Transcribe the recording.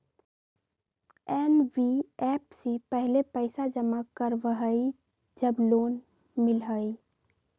NBFC पहले पईसा जमा करवहई जब लोन मिलहई?